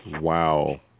Wow